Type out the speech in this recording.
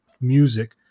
music